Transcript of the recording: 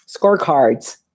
scorecards